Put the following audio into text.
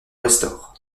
restaure